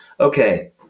Okay